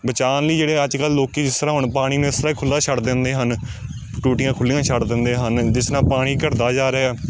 ਬਚਾਉਣ ਲਈ ਜਿਹੜੇ ਅੱਜ ਕੱਲ੍ਹ ਲੋਕ ਜਿਸ ਤਰ੍ਹਾਂ ਹੁਣ ਪਾਣੀ ਨੂੰ ਇਸ ਤਰ੍ਹਾਂ ਖੁੱਲ੍ਹਾ ਛੱਡ ਦਿੰਦੇ ਹਨ ਟੂਟੀਆਂ ਖੁੱਲ੍ਹੀਆਂ ਛੱਡ ਦਿੰਦੇ ਹਨ ਜਿਸ ਤਰ੍ਹਾਂ ਪਾਣੀ ਘੱਟਦਾ ਜਾ ਰਿਹਾ